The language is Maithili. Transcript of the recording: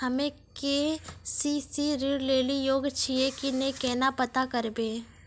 हम्मे के.सी.सी ऋण लेली योग्य छियै की नैय केना पता करबै?